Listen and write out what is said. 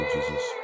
Jesus